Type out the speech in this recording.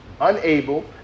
unable